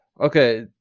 Okay